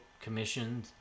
commissioned